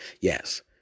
Yes